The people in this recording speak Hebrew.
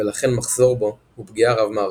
ולכן מחסור בו הוא פגיעה רב-מערכתית.